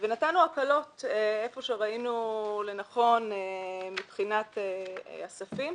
נתנו הקלות היכן שראינו לנכון מבחינת הספים,